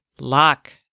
lock